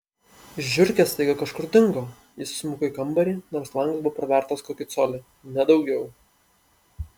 žiurkės staiga kažkur dingo jis įsmuko į kambarį nors langas buvo pravertas kokį colį ne daugiau